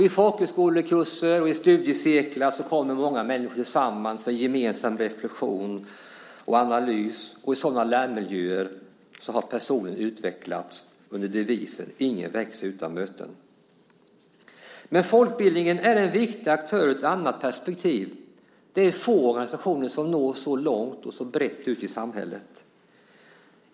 I folkhögskolekurser och studiecirklar kommer många människor samman för gemensam reflexion och analys, och i sådana lärmiljöer har personer utvecklats under devisen Ingen växer utan möten. Folkbildningen är en viktig aktör också ur ett annat perspektiv. Få andra organisationer når så långt och brett ut i samhället.